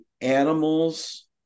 animals